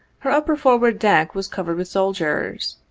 her upper forward deck was covered with soldiers.